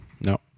no